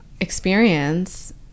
experience